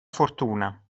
fortuna